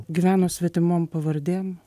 gyveno svetimom pavardėm